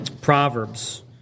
Proverbs